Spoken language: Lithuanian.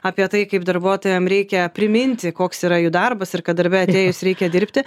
apie tai kaip darbuotojam reikia priminti koks yra jų darbas ir kad darbe atėjus reikia dirbti